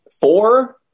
four